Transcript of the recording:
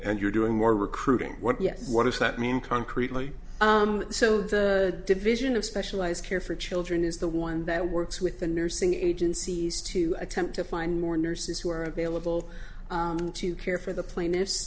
and you're doing more recruiting what yes what does that mean concretely so the division of specialized care for children is the one that works with the nursing agencies to attempt to find more nurses who are available to care for the pla